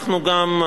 אנחנו גם,